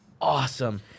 awesome